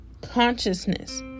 Consciousness